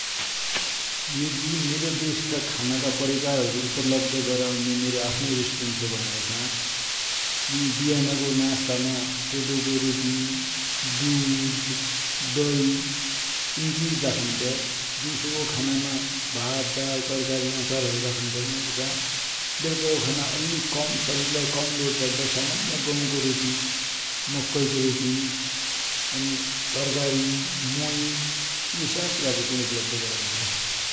यदि मेरो देस का खानेकुरा का परिकार हरु उपलब्ध गरौने मेरो आफ्नै रेस्टुरेन्ट थ्यो भनेपछा, मुइ बिहानको नास्ता माइ कोदो को रोटि, दुध, दहि इन चिज राख्नन्थ्या । दिउसो को खाना माइ भात, दाल, तरकारि, अचार हरु राखन्थ्या। अनि बेलुका को खाना अलि कम सरिर लाइ कम लोड पड्ड्या सामान्य गहु को रोटी, मकै को रोटी अनि तरकारि, मोहि इसा कुरा हरु उपलब्द गरौन्थ्या ।